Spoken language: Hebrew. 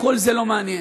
כל זה לא מעניין.